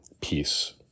peace